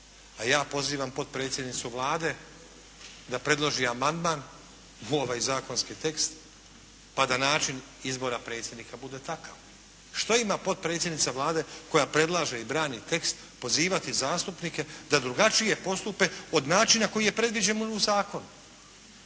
a ja pozivam potpredsjednicu Vlade da predloži amandman u ovaj zakonski tekst pa da način izbora predsjednika bude takav. Što ima potpredsjednica Vlade koja predlaže i brani tekst pozivati zastupnike da drugačije postupe od načina koji je predviđen u zakonu?